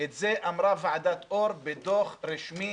את זה אמרה ועדת אור בדוח רשמי,